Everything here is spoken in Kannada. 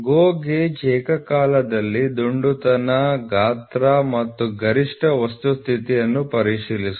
GO ಗೇಜ್ ಏಕಕಾಲದಲ್ಲಿ ದುಂಡಗಿನ ಆಕಾರ ಗಾತ್ರ ಮತ್ತು ಗರಿಷ್ಠ ವಸ್ತು ಸ್ಥಿತಿಯನ್ನು ಪರಿಶೀಲಿಸುತ್ತದೆ